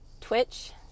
Twitch